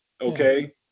Okay